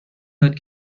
داد